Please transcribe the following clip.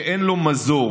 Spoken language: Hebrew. שאין לו מזור.